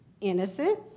Innocent